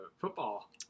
football